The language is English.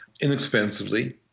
inexpensively